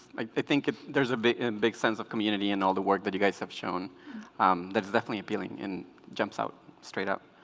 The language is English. i think there's a big and big sense of community and all the work that you guys have shown that's definitely appealing and jumps out straight up